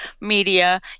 media